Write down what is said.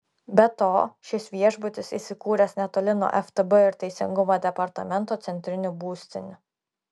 be to šis viešbutis įsikūręs netoli nuo ftb ir teisingumo departamento centrinių būstinių